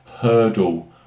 Hurdle